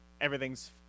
everything's